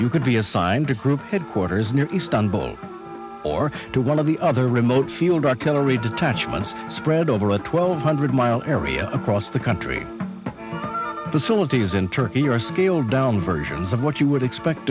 you could be assigned to group headquarters near istanbul or to one of the other remote field artillery detachments spread over a twelve hundred mile area across the country facilities in turkey are scaled down versions of what you would expect